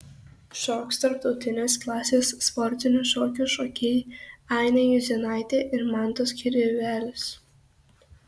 šoks tarptautinės klasės sportinių šokių šokėjai ainė juzėnaitė ir mantas kirvelis